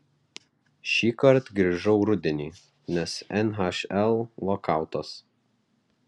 šįkart grįžau rudenį nes nhl lokautas